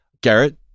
Garrett